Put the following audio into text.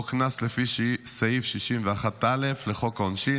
או קנס לפי סעיף 61(א) לחוק העונשין,